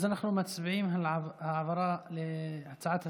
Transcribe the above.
אז אנחנו מצביעים על ההעברה לוועדת הפנים